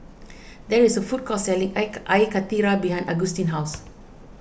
there is a food court selling Ike Air Karthira behind Augustin's house